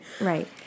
right